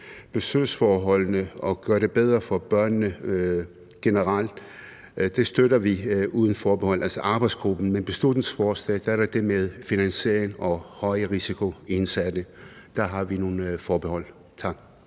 besøgsforholdene og gøre det bedre for børnene generelt. Arbejdsgruppen støtter vi uden forbehold, men med hensyn til beslutningsforslaget er der det med finansiering og højrisikoindsatte, hvor vi har nogle forbehold. Tak.